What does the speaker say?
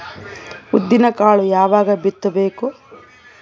ಉದ್ದಿನಕಾಳು ಯಾವಾಗ ಬಿತ್ತು ಬೇಕು?